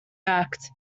act